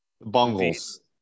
Bungles